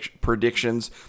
predictions